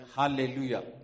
Hallelujah